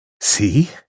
See